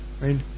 right